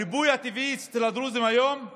הריבוי הטבעי אצל הדרוזים היום הוא